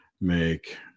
make